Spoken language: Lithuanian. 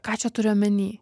ką čia turiu omeny